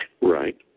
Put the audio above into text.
Right